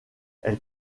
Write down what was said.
elle